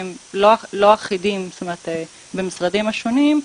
שהם לא אחידים במשרדים השונים,